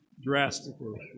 drastically